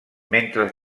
mentre